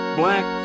black